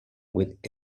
with